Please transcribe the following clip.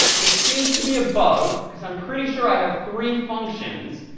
this seems to be a bug, because i'm pretty sure i have three functions,